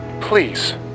Please